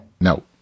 no